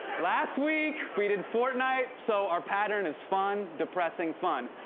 last week we did fortnite. so our pattern is fun, depressing, fun.